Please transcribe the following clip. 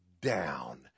down